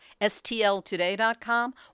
stltoday.com